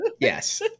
Yes